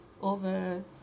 over